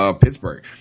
Pittsburgh